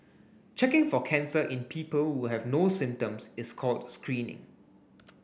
checking for cancer in people who have no symptoms is called screening